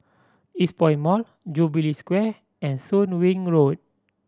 Eastpoint Mall Jubilee Square and Soon Wing Road